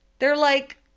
they're like,